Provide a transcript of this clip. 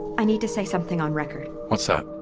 i need to say something on record what's that?